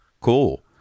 cool